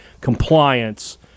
compliance